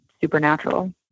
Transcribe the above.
supernatural